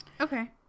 Okay